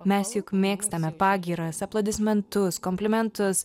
mes juk mėgstame pagyras aplodismentus komplimentus